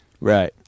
right